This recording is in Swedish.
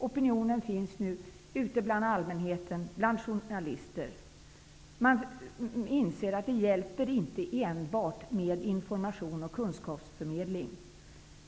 Opinionen består nu också av allmänheten och journalister. Man inser att det inte hjälper med enbart information och kunskapsförmedling.